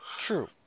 True